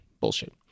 Bullshit